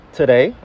today